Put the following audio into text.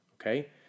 okay